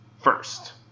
first